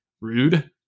rude